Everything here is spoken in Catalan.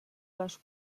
les